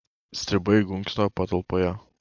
stribai gunkso patalpoje